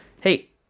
hey